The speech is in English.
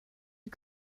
you